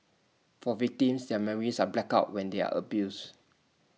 for victims their memories are blacked out when they are abused